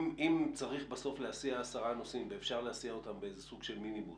אם צריך בסוף להסיע 10 נוסעים ואפשר להסיע אותם בסוג של מיניבוס,